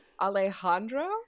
Alejandro